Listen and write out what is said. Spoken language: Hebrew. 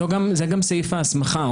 זה גם סעיף ההסמכה.